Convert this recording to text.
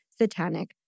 satanic